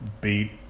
beat